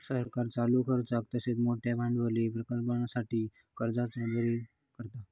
सरकार चालू खर्चाक तसेच मोठयो भांडवली प्रकल्पांसाठी कर्जा जारी करता